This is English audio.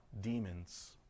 Demons